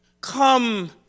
Come